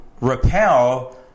repel